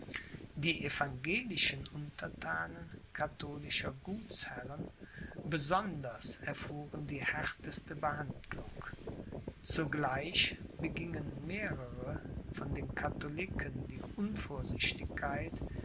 die evangelischen unterthanen katholischer gutsherren besonders erfuhren die härteste behandlung zugleich begingen mehrere von den katholiken die